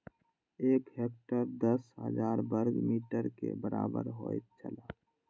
एक हेक्टेयर दस हजार वर्ग मीटर के बराबर होयत छला